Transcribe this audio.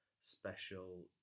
special